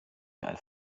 als